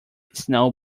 snow